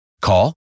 Call